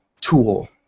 tool